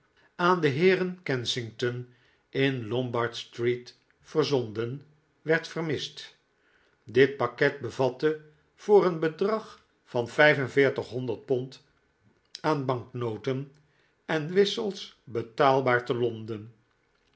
aan de heeren kensington in de lombardstreet verzonden werd vermist dit pakket bevatte voor een bedrag van pond aan banknoten en wissels betaalbaar te londen